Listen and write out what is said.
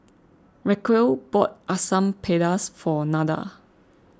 Racquel bought Asam Pedas for Nada